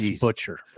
butcher